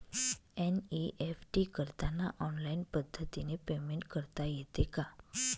NEFT करताना online पद्धतीने payment करता येते का?